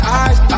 eyes